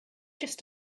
just